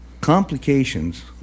complications